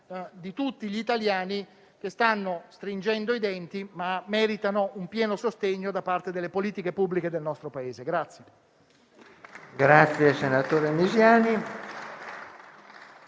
di tutti gli italiani che stanno stringendo i denti, ma meritano un pieno sostegno da parte delle politiche pubbliche del nostro Paese.